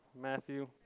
Matthew